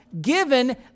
given